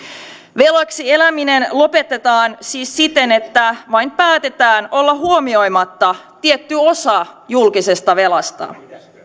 velaksi eläminen lopetetaan siis siten että vain päätetään olla huomioimatta tietty osa julkisesta velasta